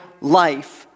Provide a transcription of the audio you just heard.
life